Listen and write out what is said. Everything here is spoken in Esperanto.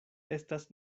estas